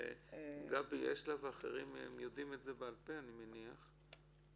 גבי, אחרים יודעים את זה בעל-פה, אני מניח.